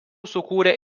sukūrė